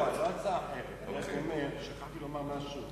לא הצעה אחרת, שכחתי לומר משהו.